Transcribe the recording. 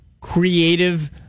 creative